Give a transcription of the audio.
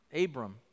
Abram